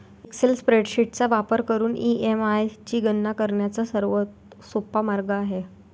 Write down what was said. Excel spreadsheet चा वापर करून ई.एम.आय ची गणना करण्याचा सर्वात सोपा मार्ग आहे